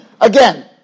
again